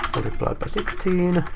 multiplied by sixteen. and